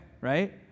right